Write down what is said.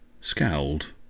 scowled